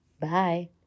Bye